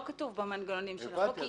אבל זה לא כתוב במנגנונים של החוק כי